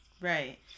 Right